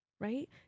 right